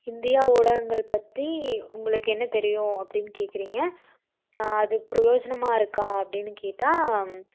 India ஊடகங்கள் பற்றி உங்களுக்கு என்ன தெரியும் அப்படின்னு கேட்குறீங்க அது ப்ரோஜனமாக இருக்கா அப்படின்னு கேட்டால்